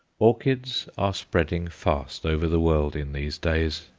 orchids are spreading fast over the world in these days,